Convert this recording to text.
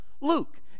Luke